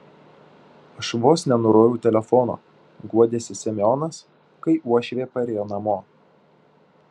aš vos nenuroviau telefono guodėsi semionas kai uošvė parėjo namo